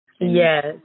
Yes